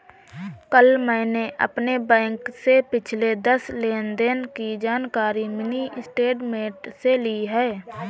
कल मैंने अपने बैंक से पिछले दस लेनदेन की जानकारी मिनी स्टेटमेंट से ली